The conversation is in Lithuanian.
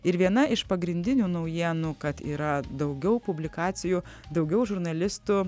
ir viena iš pagrindinių naujienų kad yra daugiau publikacijų daugiau žurnalistų